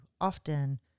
often